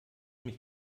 mich